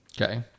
Okay